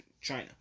China